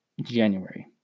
January